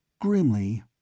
Grimly